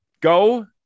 go